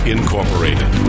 Incorporated